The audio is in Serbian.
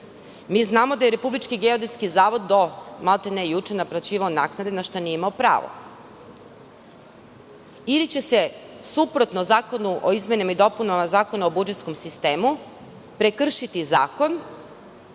znamo da je Republički geodetski zavod do maltene juče naplaćivao naknade, na šta nije imao pravo. Ili će se, suprotno Zakonu o izmenama i dopunama Zakona o budžetskom sistemu, prekršiti zakon